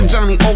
Johnny